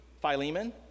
Philemon